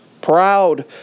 proud